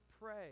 pray